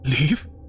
Leave